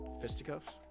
Fisticuffs